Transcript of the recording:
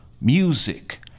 music